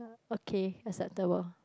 okay acceptable